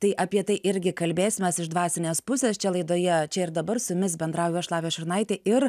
tai apie tai irgi kalbėsimės iš dvasinės pusės čia laidoje čia ir dabar su jumis bendrauju aš lavija šurnaitė ir